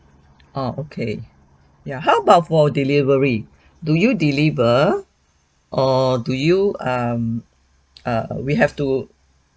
oh okay ya how about for delivery do you deliver or do you um err we have to